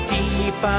deep